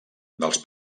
dels